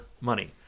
money